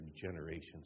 generations